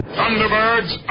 Thunderbirds